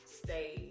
stay